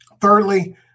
Thirdly